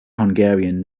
hungarian